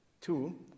Two